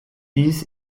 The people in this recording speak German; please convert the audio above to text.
dies